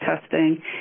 testing